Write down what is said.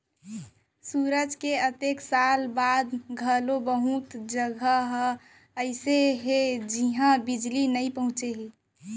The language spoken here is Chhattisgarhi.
सुराज के अतेक साल बाद घलोक बहुत जघा ह अइसे हे जिहां बिजली नइ पहुंचे हे